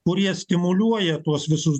kurie stimuliuoja tuos visus